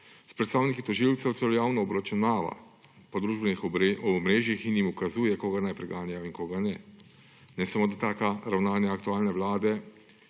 predstavniki tožilcev celo javno obračunava po družbenih omrežjih in jim ukazuje, koga naj preganjajo in koga ne. Ne samo da taka ravnanja aktualne vlade